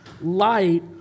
Light